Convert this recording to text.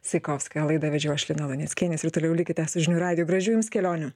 saikovskają laidą vedžiau aš lina luneckienė ir toliau likite su žinių radiju gražių jums kelionių